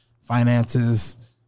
finances